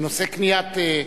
בנושא קנייה,